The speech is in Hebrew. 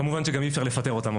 כמובן שגם אי אפשר לפטר אותם,